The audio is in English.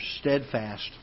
steadfast